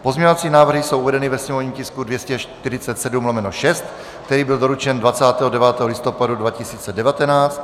Pozměňovací návrhy jsou uvedeny ve sněmovním tisku 247/6, který byl doručen 29. listopadu 2019.